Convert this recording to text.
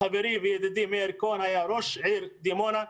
חברי וידידי, מאיר כהן, היה ראש העיר דימונה.